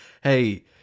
hey